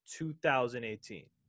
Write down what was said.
2018